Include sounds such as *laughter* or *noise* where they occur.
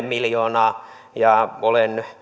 *unintelligible* miljoonaa ja olen